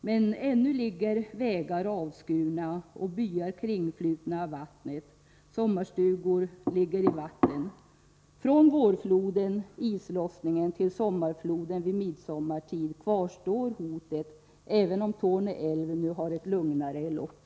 Men ännu ligger vägar avskurna och byar kringflutna av vattnet, sommarstugor ligger i vatten. Från vårfloden, islossningen, till sommarfloden vid midsommartid kvarstår hotet, även om Torne älv nu har ett lugnare lopp.